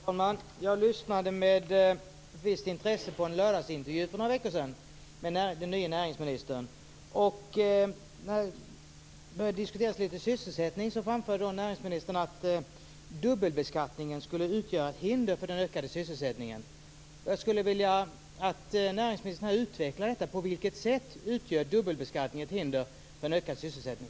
Herr talman! Jag lyssnade med ett visst intresse på en lördagsintervju för några veckor sedan med den nya näringsministern. När det då gällde sysselsättning framförde näringsministern att dubbelbeskattningen skulle utgöra ett hinder för en ökad sysselsättning. På vilket sätt utgör dubbelbeskattning ett hinder för en ökad sysselsättning?